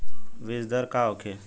बीजदर का होखे?